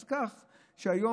אז כך היום,